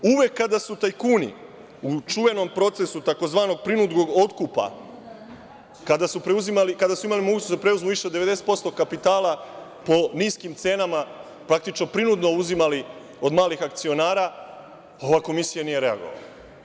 Uvek kada su tajkuni u čuvenom procesu takozvanog prinudnog otkupa, kada su imali mogućnost da preuzmu više 90% kapitala po niskim cenama, praktično prinudno uzimali od malih akcionara, ova Komisija nije reagovala.